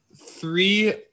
three